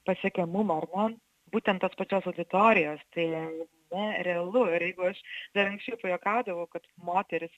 pasiekiamumo ar ne būtent tos pačios auditorijos tai nerealu ir jeigu aš dar anksčiau pajuokaudavau kad moterys